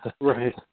Right